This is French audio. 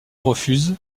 refuse